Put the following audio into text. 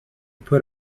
put